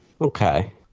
Okay